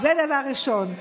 זה דבר ראשון.